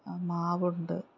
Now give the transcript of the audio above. മാവുണ്ട്